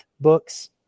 books